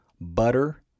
butter